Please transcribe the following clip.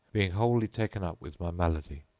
being wholly taken up with my malady.